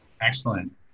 Excellent